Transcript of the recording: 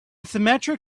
symmetric